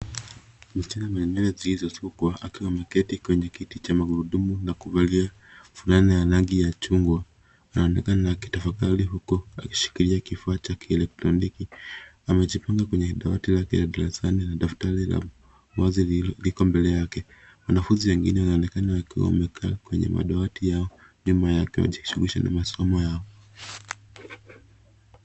Msichana mwenye nywele zilizosukwa akiwa ameketi kwenye kiti cha magurudumu na kuvalia fulana ya rangi ya chungwa. Anaonekana akitafakari huku akishikilia kifaa cha kielektroniki. Amejipanga kwenye dawati lake la darasani na daftari la wazi liko mbele yake. Wanafunzi wengine wanaonekana wakiwa wamekaa kwenye madawati yao nyuma yake wakijihusisha na masomo yao.